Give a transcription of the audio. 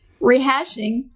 rehashing